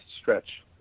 stretch